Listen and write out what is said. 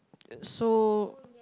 so